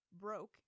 broke